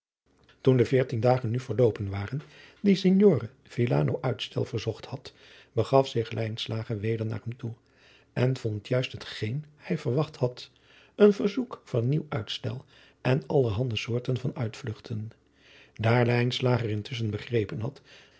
toen de veertien dagen nu verloopen waren die signore villano uitstel verzocht had begaf zich lijnslager weder naar hem toe en vond juist hetgeen hij verwacht had een verzoek van nieuw uitstel en allerhande soorten van uitvlugten daar lijnslager intusschen begrepen had